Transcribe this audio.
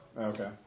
Okay